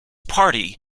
party